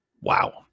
Wow